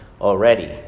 already